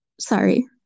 Sorry